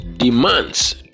demands